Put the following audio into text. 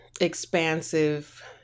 expansive